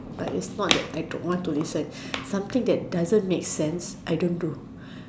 but is not that I don't want to listen something that doesn't make sense I don't do